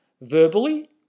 verbally